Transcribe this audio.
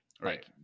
right